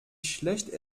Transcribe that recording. schlecht